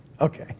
Okay